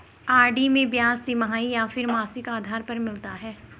RD में ब्याज तिमाही या फिर मासिक आधार पर मिलता है?